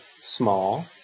small